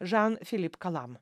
žan filip kalam